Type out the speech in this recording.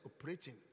operating